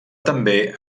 també